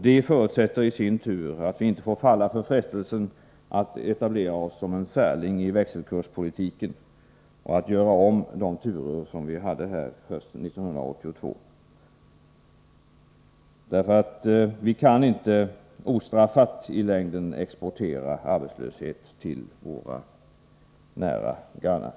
Det förutsätter i sin tur att vi inte får falla för frestelsen att etablera oss som en särling i fråga om växelkurspolitiken och göra om det som gjordes hösten 1982. Vi kan inte i längden ostraffat exportera arbetslöshet till våra närmaste grannar.